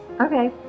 Okay